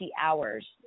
hours